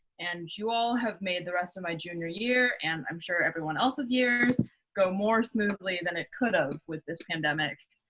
and you all have made the rest of my junior year and i'm sure everyone else's years go more smoothly than it could have with this pandemic.